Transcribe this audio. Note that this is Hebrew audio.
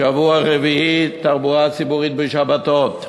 שבוע רביעי, תחבורה ציבורית בשבתות.